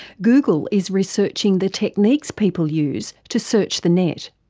google is researching the techniques people use to search the net.